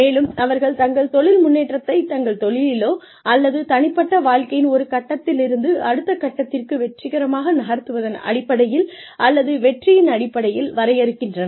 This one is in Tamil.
மேலும் அவர்கள் தங்கள் தொழில் முன்னேற்றத்தை தங்கள் தொழிலிலோ அல்லது தனிப்பட்ட வாழ்க்கையின் ஒரு கட்டத்திலிருந்து அடுத்த கட்டத்திற்கு வெற்றிகரமாக நகர்த்துவதன் அடிப்படையில் அல்லது வெற்றியின் அடிப்படையில் வரையறுக்கின்றனர்